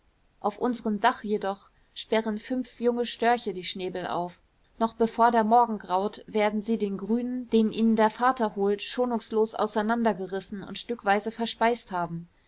auf unserem dach jedoch sperren fünf junge störche die schnäbel auf noch bevor der morgen graut werden sie den grünen den ihnen der vater holt schonungslos auseinandergerissen und stückweise verspeist haben